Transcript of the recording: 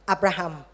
Abraham